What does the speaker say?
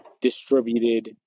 distributed